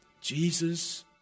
Jesus